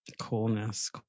Coolness